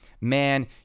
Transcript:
man